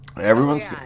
Everyone's